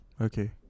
Okay